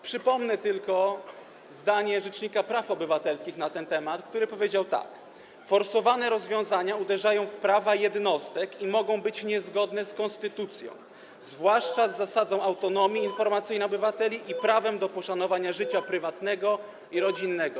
Przypomnę tylko zdanie na ten temat rzecznika praw obywatelskich, który powiedział tak: Forsowane rozwiązania uderzają w prawa jednostek i mogą być niezgodne z konstytucją, zwłaszcza z zasadą autonomii informacyjnej obywateli i prawem do poszanowania życia prywatnego i rodzinnego.